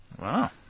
Wow